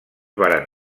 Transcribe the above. varen